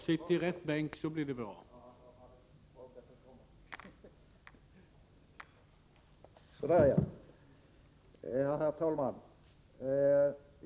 Herr talman!